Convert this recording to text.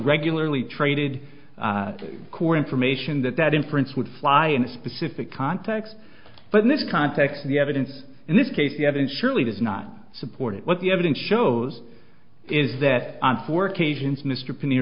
regularly traded core information that that inference would fly in a specific context but in this context the evidence in this case the evidence surely does not support it what the evidence shows is that on four occasions mr pinn